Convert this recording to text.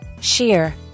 Sheer